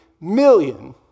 million